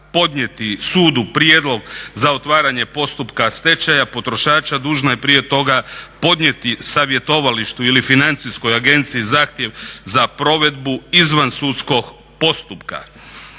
podnijeti sudu prijedlog za otvaranje postupka stečaja potrošača dužna je prije toga podnijeti savjetovalištu ili financijskoj agenciji zahtjev za provedbu izvansudskog postupka